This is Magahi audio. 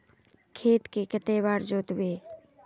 खेत के कते बार जोतबे?